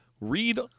read